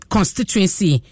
Constituency